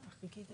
המציאות היא